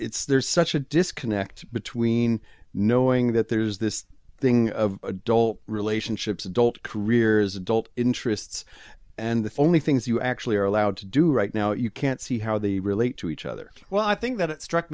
it's there's such a disconnect between knowing that there's this thing of adult relationships adult careers adult interests and the only things you actually are allowed to do right now you can't see how they relate to each other well i think that it struck